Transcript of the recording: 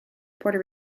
puerto